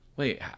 wait